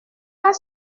pas